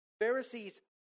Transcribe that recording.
Pharisees